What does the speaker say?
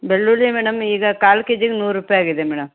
ಬೆಳ್ಳುಳ್ಳಿ ಮೇಡಮ್ ಈಗ ಕಾಲು ಕೆ ಜಿಗೆ ನೂರು ರೂಪಾಯಿ ಆಗಿದೆ ಮೇಡಮ್